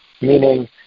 meaning